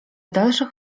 dalszych